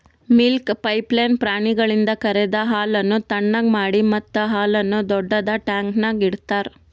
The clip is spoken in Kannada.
ಮಿಲ್ಕ್ ಪೈಪ್ಲೈನ್ ಪ್ರಾಣಿಗಳಿಂದ ಕರೆದ ಹಾಲನ್ನು ಥಣ್ಣಗ್ ಮಾಡಿ ಮತ್ತ ಹಾಲನ್ನು ದೊಡ್ಡುದ ಟ್ಯಾಂಕ್ನ್ಯಾಗ್ ಇಡ್ತಾರ